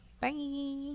Bye